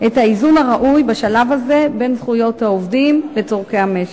את האיזון הראוי בשלב הזה בין זכויות העובדים לצורכי המשק.